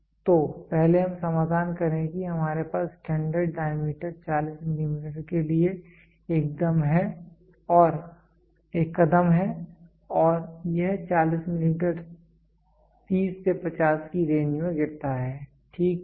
तो पहले हम समाधान करें कि हमारे पास स्टैंडर्ड डायमीटर 40 मिलीमीटर के लिए एक कदम है और यह 40 मिलीमीटर 30 से 50 की रेंज में गिरता है ठीक क्या है